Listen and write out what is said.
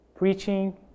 Preaching